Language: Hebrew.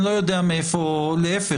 להיפך,